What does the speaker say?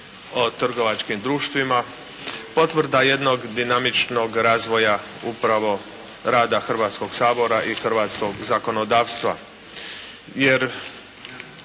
o trgovačkim društvima potvrda jednog dinamičnog razvoja upravo rada Hrvatskog sabora i hrvatskog zakonodavstva.